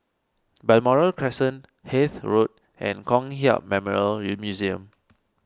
Balmoral Crescent Hythe Road and Kong Hiap Memorial Museum